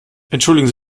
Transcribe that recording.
entschuldigen